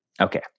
Okay